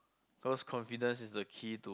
cause confidence is the key to